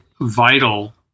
vital